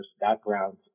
backgrounds